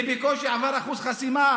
ובקושי עבר את אחוז החסימה,